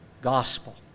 gospel